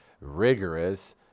rigorous